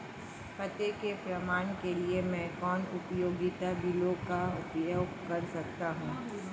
पते के प्रमाण के लिए मैं किन उपयोगिता बिलों का उपयोग कर सकता हूँ?